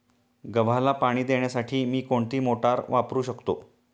गव्हाला पाणी देण्यासाठी मी कोणती मोटार वापरू शकतो?